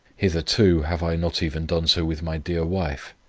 hitherto have i not even done so with my dear wife.